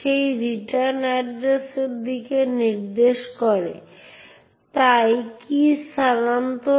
একটি ডিরেক্টরির মধ্যে একটি ফাইলের নাম পরিবর্তন করতে পারে বা একটি নির্দিষ্ট ডিরেক্টরি সন্ধান করতে পারে